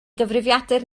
gyfrifiadur